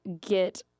get